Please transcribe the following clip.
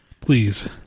Please